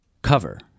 cover